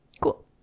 Cool